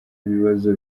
ibibazo